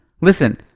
listen